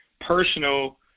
personal